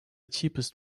cheapest